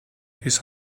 his